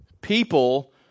people